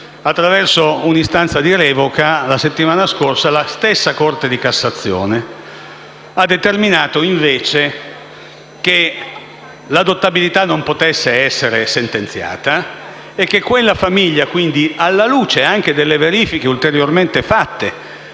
Attraverso un’istanza di revoca, la settimana scorsa la stessa Corte di cassazione ha determinato invece che l’adottabilità non può essere sentenziata e che quella bambina, anche alla luce delle verifiche ulteriormente fatte